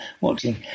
watching